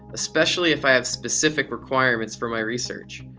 especially if i have specific requirements for my research.